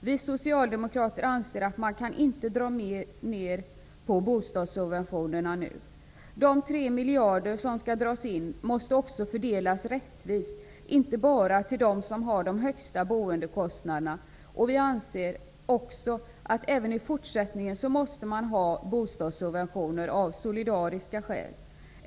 Vi socialdemokrater anser att det inte går att dra ned på bostadssubventionerna nu. De 3 miljarder kronor som skall dras in måste också fördelas rättvist, inte bara från dem som har de högsta boende kostnaderna. Vi anser också att bostadssubventionerna av solidariska skäl måste finnas även i fortsättningen.